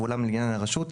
ואולם לעניין הרשות,